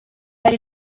but